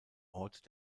ort